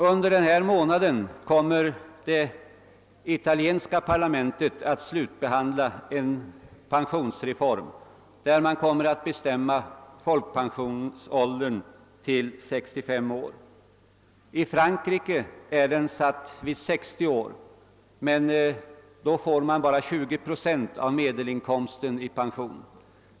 Under denna månad kommer det italienska parlamentet att slutbehandla en pensionsreform som inne bär att folkpensionsåldern blir 65 år. I Frankrike är den satt vid 60 år, men då får man bara 20 procent av medelinkomsten i pension.